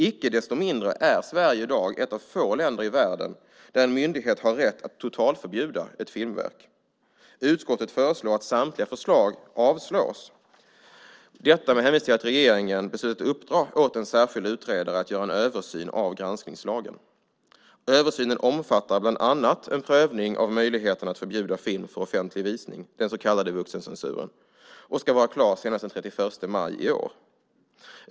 Icke desto mindre är Sverige i dag ett av få länder i världen där en myndighet har rätt att totalförbjuda ett filmverk. Utskottet föreslår att samtliga förslag avslås med hänvisning till att regeringen har beslutat att uppdra åt en särskild utredare att göra en översyn av granskningslagen. Översynen omfattar bland annat en prövning av möjligheten att förbjuda film för offentlig visning, den så kallade vuxencensuren, och ska vara klar senast den 31 maj i år.